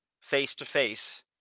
face-to-face